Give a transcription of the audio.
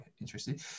interesting